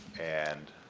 and